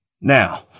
Now